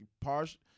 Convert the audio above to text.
partial